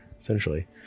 essentially